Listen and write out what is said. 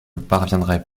parviendrai